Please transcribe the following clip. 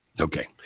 Okay